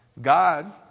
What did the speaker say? God